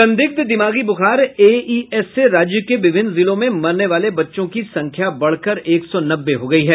संदिग्ध दिमागी ब्रखार एईएस से राज्य के विभिन्न जिलों में मरने वाले बच्चों की संख्या बढ़कर एक सौ नब्बे हो गयी है